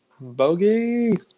Bogey